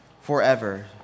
forever